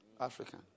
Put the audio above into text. African